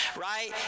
right